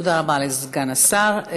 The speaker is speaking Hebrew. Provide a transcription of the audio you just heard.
תודה רבה לסגן השר.